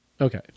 Okay